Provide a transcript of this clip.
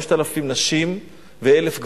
5,000 נשים ו-1,000 גברים,